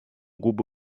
губы